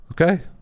Okay